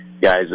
guy's